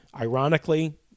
ironically